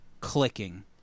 clicking